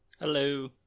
Hello